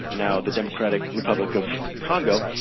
now the democratic republic of congo,